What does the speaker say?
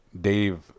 Dave